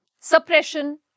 Suppression